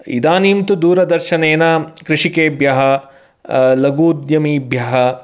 इदानीं तु दूरदर्शनेन कृषिकेभ्यः लघु उद्यमीभ्यः